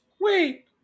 Wait